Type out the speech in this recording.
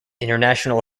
international